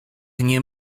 nie